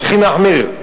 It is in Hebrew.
צריכים להחמיר.